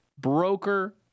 broker